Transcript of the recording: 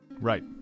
Right